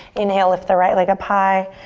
inhale, lift the right leg up high.